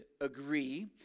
agree